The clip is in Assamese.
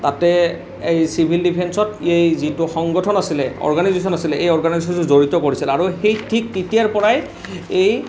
তাতে এই চিভিল ডিফেন্সত এই যিটো সংগঠন আছিলে অৰ্গেনাইজেছন আছিলে এই অৰ্গেনাইজেছটোত জড়িত কৰিছিল আৰু সেই ঠিক তেতিয়াৰ পৰাই এই